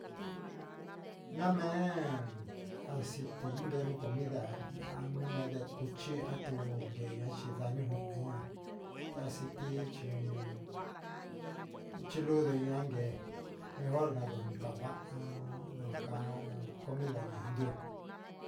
Namee asi tia cuu inca comida na nda mee cuichi ia a tu guee sañu ihneamea ta quisii chi lundea gueen mejor ca ndu ni ca vaha na caa comida ñe ndioo